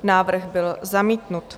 Návrh byl zamítnut.